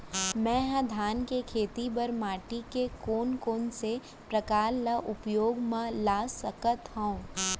मै ह धान के खेती बर माटी के कोन कोन से प्रकार ला उपयोग मा ला सकत हव?